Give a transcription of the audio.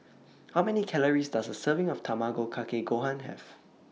How Many Calories Does A Serving of Tamago Kake Gohan Have